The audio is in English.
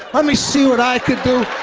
let me see what i could do.